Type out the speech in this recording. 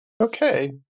Okay